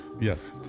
Yes